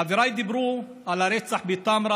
חבריי דיברו על הרצח בטמרה,